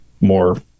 more